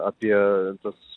apie tas